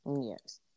Yes